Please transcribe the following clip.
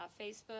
Facebook